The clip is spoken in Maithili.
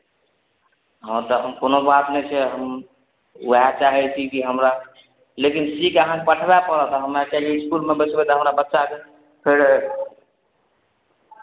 हँ तखन कोनो बात नहि छै हम उएह चाहै छी कि हमरा लेकिन सी कऽ अहाँकेँ पठबय पड़त हम्मे तऽ इसकुलमे बैठबै तऽ हमरा बच्चाके फेर